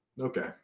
Okay